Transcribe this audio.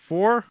Four